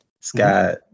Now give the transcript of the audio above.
Scott